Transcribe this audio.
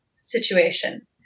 situation